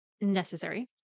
necessary